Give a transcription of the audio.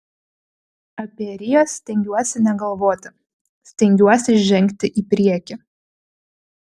apie rio stengiuosi negalvoti stengiuosi žengti į priekį